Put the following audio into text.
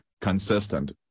consistent